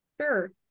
Sure